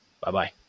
Bye-bye